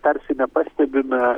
tarsi nepastebime